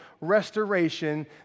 restoration